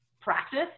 practice